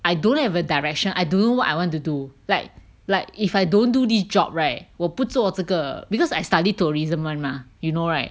I don't have a direction I don't know what I want to do like like if I don't do this job right 我不做这个 because I study tourism [one] mah you know right